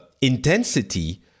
intensity